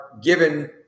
given